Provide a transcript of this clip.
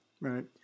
right